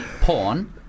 porn